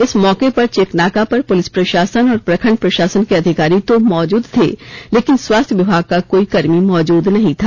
इस मौके पर चेकनाका पर पुलिस प्रशासन और प्रखंड प्रशासन के अधिकारी तो मौजूद थे लेकिन स्वास्थ्य विभाग का कोई कर्मी मौजूद नहीं था